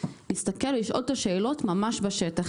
להסתכל ולשאול את השאלות ממש בשטח.